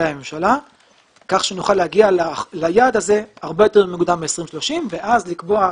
הממשלה כך שנוכל להגיע ליעד הזה הרבה יותר מוקדם מ-2030 ואז לקבוע,